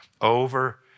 over